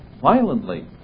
violently